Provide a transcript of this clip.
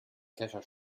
kescher